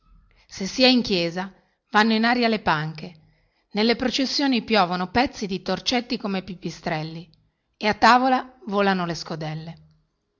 se si è in chiesa vanno in aria le panche nelle processioni piovono pezzi di torcetti come pipistrelli e a tavola volano le scodelle